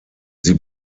sie